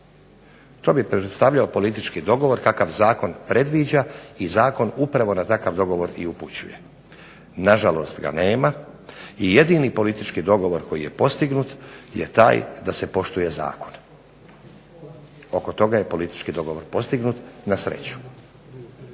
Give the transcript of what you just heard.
to bi predstavljao politički dogovor kakav zakon predviđa i zakon upravo na takav dogovor i upućuje. Na žalost ga nema, i jedini politički dogovor koji je postignut je taj da se poštuje zakon. Oko toga je politički dogovor postignut, na sreću.